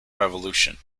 revolution